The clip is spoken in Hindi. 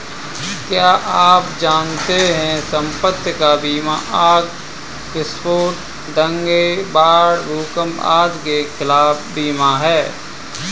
क्या आप जानते है संपत्ति का बीमा आग, विस्फोट, दंगे, बाढ़, भूकंप आदि के खिलाफ बीमा है?